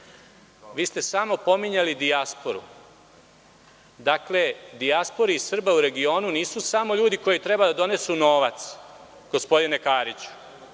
Vi ste samo pominjali dijasporu. Dakle, u dijaspori Srba u regionu nisu samo ljudi koji treba da donesu novac, gospodine Kariću.